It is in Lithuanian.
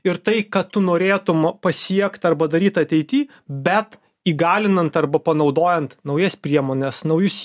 ir tai ką tu norėtum pasiekt arba daryt ateity bet įgalinant arba panaudojant naujas priemones naujus